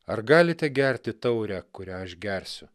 ar galite gerti taurę kurią aš gersiu